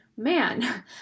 man